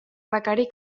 requerir